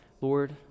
Lord